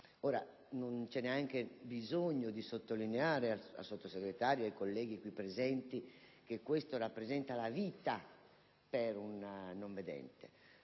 Non c'è neanche bisogno di sottolineare al Sottosegretario ed ai colleghi qui presenti che questo rappresenta la vita per un non vedente: